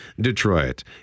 Detroit